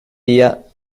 día